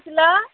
hello